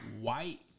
White